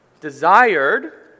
desired